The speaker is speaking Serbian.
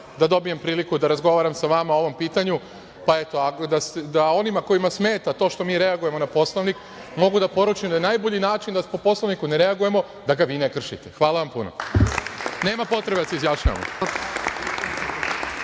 da dobijem priliku da razgovaram sa vama o ovom pitanju, pa onima kojima smeta to što mi reagujemo na Poslovnik mogu da poručim na najbolji način da po Poslovniku ne reagujemo je da ga vi ne kršite. Hvala vam puno. Nema potrebe da se izjašnjavamo.